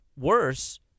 worse